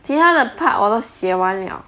其他的 part 我都写完了